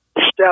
step